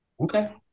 Okay